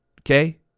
Okay